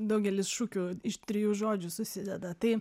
daugelis šukių iš trijų žodžių susideda tai